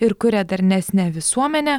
ir kuria darnesnę visuomenę